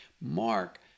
Mark